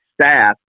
staff